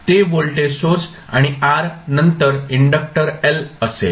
ते voltage source आणि r नंतर इंडक्टर l असेल